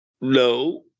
no